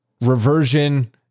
reversion